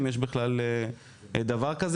יש דבר כזה?